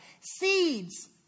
seeds